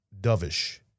dovish